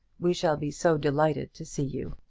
we shall be so delighted to see you.